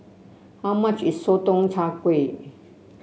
how much is Sotong Char Kway